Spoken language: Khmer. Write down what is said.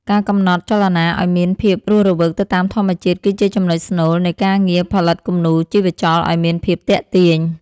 ការកំណត់ចលនាឱ្យមានភាពរស់រវើកទៅតាមធម្មជាតិគឺជាចំណុចស្នូល នៃ ការងារផលិតគំនូរជីវចលឱ្យមានភាពទាក់ទាញ។